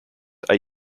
are